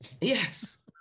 yes